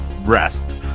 rest